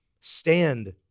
stand